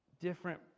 different